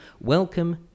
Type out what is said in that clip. Welcome